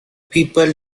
people